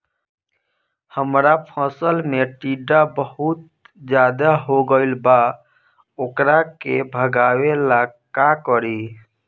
हमरा फसल में टिड्डा बहुत ज्यादा हो गइल बा वोकरा के भागावेला का करी?